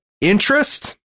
interest